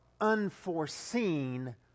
unforeseen